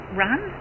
run